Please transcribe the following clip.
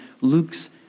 Luke's